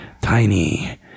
tiny